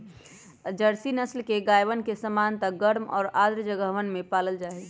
Jersey नस्ल के गायवन के सामान्यतः गर्म और आर्द्र जगहवन में पाल्ल जाहई